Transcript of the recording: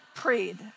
Prayed